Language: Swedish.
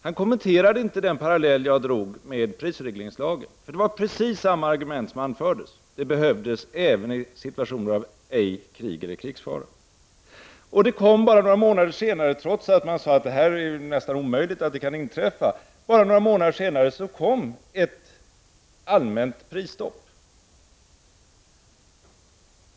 Han kommenterar inte den parallell jag drog med prisregleringslagen, om vilken precis samma argument anfördes, nämligen att den behövdes även i situationer av ej krig eller krigsfara. Bara några månader senare kom, trots att man hade sagt att det var nästan omöjligt att det kunde inträffa, ett allmänt prisstopp.